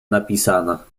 napisana